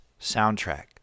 soundtrack